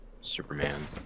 Superman